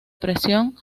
presión